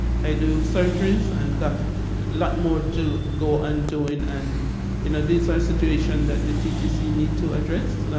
i do surgeries and got a lot more to go and doing. and you know, this ah situation that the ttc need to address.